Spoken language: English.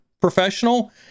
professional